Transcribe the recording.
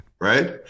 right